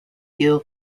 gil